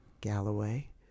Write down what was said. Galloway